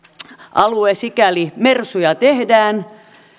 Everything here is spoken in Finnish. alue sikäli että mersuja tehdään